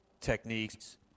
techniques